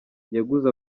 yaguze